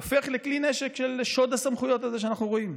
הופך לכלי נשק של שוד הסמכויות הזה שאנחנו רואים.